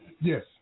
Yes